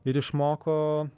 ir išmoko